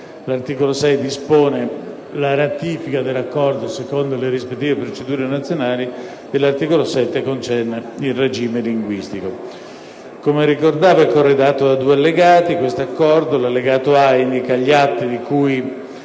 L'articolo 6 dispone la ratifica dell'Accordo secondo le rispettive procedure nazionali. L'articolo 7 concerne il regime linguistico. L'Accordo è corredato di due allegati. L'Allegato A indica gli atti di cui